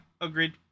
agreed